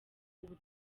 ubu